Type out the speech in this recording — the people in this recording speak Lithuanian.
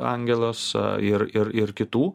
angelos ir ir ir kitų